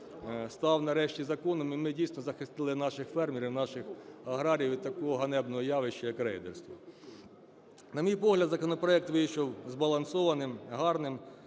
став нарешті законом і ми дійсно захистили наших фермерів, наших аграріїв від такого ганебного явища як рейдерство. На мій погляд, законопроект вийшов збалансованим, гарним,